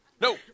No